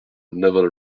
naval